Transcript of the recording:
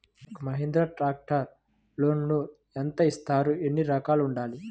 ఒక్క మహీంద్రా ట్రాక్టర్కి లోనును యెంత ఇస్తారు? ఎన్ని ఎకరాలు ఉండాలి?